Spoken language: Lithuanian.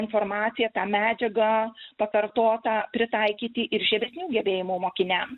informaciją tą medžiagą pakartotą pritaikyti ir žemesnių gebėjimų mokiniam